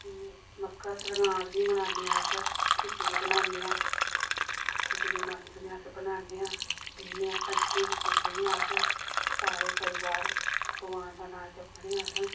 फ्ही मकर सरगांद बी मनाने अस खिचड़ी बनाने आं खिचड़ी मनसने अस बनाने आं दि'न्ने आं कंजकें गी पूजने अस सारे परिवार भगवान दा नांऽ जपने आं अस